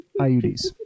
IUDs